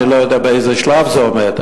אני לא יודע באיזה שלב זה עומד,